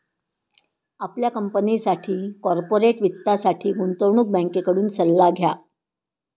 आपल्या कंपनीसाठी कॉर्पोरेट वित्तासाठी गुंतवणूक बँकेकडून सल्ला घ्या